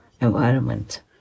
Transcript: environment